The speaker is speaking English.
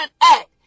act